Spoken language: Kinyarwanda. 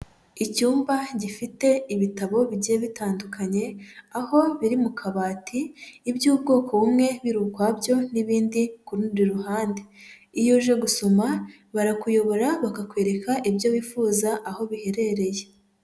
Icyumba gifite ibitabo bigiye bitandukanye, aho biri mu kabati iby'ubwoko bumwe biri ukwabyo n'ibindi ku rundi ruhande, iyo uje gusoma barakuyobora bakakwereka ibyo wifuza aho biherereye.